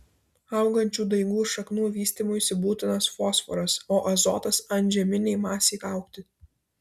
augančių daigų šaknų vystymuisi būtinas fosforas o azotas antžeminei masei augti